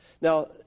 Now